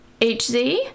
HZ